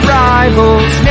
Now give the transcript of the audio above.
rivals